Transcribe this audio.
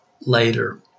later